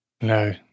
No